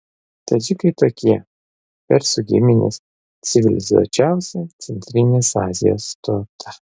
tadžikai tokie persų giminės civilizuočiausia centrinės azijos tauta